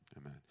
Amen